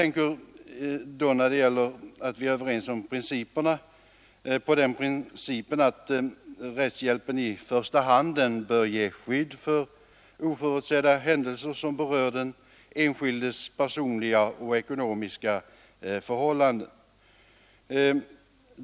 När jag säger att vi är överens om principerna, tänker jag på att rättshjälpen i första hand bör ge skydd för oförutsedda händelser som berör den enskildes personliga och ekonomiska förhållanden.